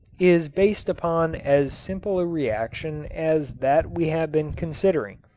is based upon as simple a reaction as that we have been considering,